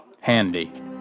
Handy